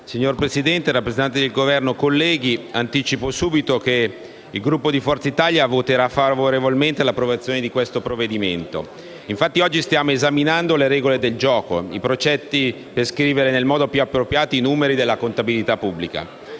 Signor Presidente, rappresentanti del Governo, colleghi, anticipo subito che il Gruppo Forza Italia voterà favorevolmente all'approvazione di questo provvedimento. Oggi stiamo esaminando le regole del gioco, i precetti per scrivere nel modo più appropriato i numeri della contabilità pubblica.